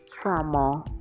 trauma